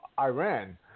Iran